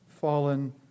fallen